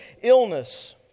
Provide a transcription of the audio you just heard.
illness